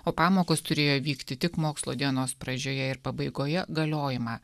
o pamokos turėjo vykti tik mokslo dienos pradžioje ir pabaigoje galiojimą